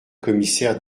commissaires